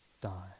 die